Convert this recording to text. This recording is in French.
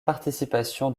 participation